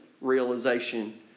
realization